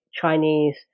Chinese